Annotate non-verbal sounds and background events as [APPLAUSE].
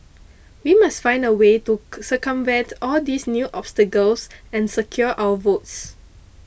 we must find a way to [NOISE] circumvent all these new obstacles and secure our votes